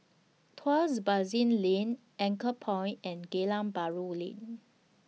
Tuas Basin Lane Anchorpoint and Geylang Bahru Lane